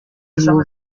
b’ibihugu